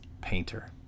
Painter